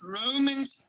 romans